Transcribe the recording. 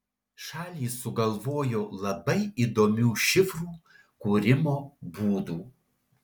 šalys sugalvojo labai įdomių šifrų kūrimo būdų